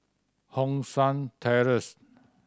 Hong San Terrace